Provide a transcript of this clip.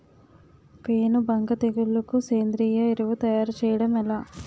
పేను బంక తెగులుకు సేంద్రీయ ఎరువు తయారు చేయడం ఎలా?